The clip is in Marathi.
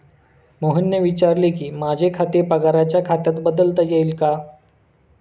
मोहनने विचारले की, माझे खाते पगाराच्या खात्यात बदलता येईल का